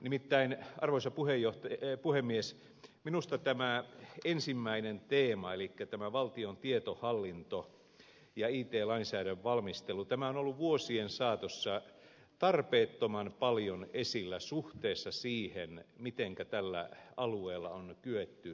nimittäin arvoisa puhemies minusta tämä ensimmäinen teema elikkä valtion tietohallinto ja it lainsäädännön valmistelu on ollut vuosien saatossa tarpeettoman paljon esillä suhteessa siihen mitenkä tällä alueella on kyetty etenemään